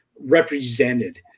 represented